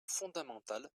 fondamentale